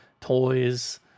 toys